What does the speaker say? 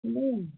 ହୁଁ